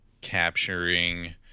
capturing